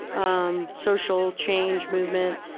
um social change movement.